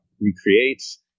recreates